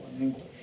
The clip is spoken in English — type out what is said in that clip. English